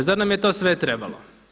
Zar nam je to sve trebalo?